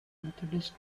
methodist